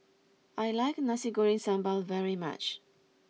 I like Nasi Goreng Sambal very much